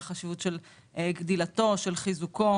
על החשיבות של גדילתו ושל חיזוקו,